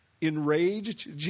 enraged